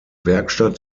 werkstatt